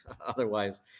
otherwise